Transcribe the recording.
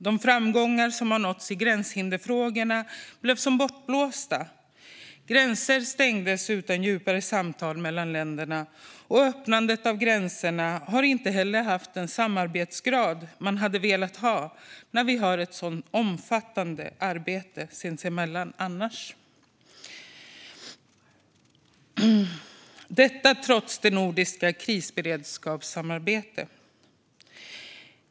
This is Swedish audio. De framgångar som har nåtts i gränshindersfrågorna blev som bortblåsta. Gränser stängdes utan djupare samtal mellan länderna. Och öppnandet av gränserna har inte heller inneburit den samarbetsgrad vi hade velat ha när vi har ett så omfattande samarbete sinsemellan annars, detta trots det nordiska krisberedskapssamarbetet.